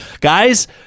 guys